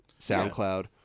SoundCloud